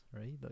right